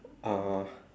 uh